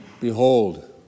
Behold